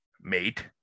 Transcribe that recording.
mate